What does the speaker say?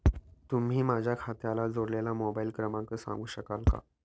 तुम्ही माझ्या खात्याला जोडलेला मोबाइल क्रमांक सांगू शकाल का?